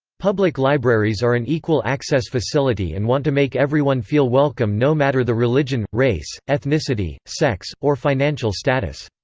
public libraries are an equal access facility and want to make everyone feel welcome no matter the religion, race, ethnicity, sex, or financial status.